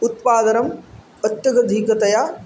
उत्पादनम् अत्यधिकतया